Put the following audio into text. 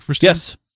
yes